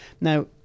Now